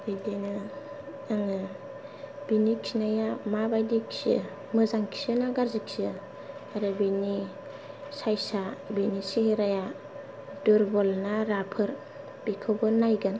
बिदिनो आङो बिनि खिनाया माबायदि खियो मोजां खियो ना गाज्रि खियो आरो बेनि सायसा बेनि सेहेराया दुरबल ना राफोद बेखौबो नायगोन